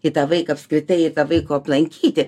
į tą vaiką apskritai vaiko aplankyti